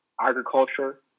agriculture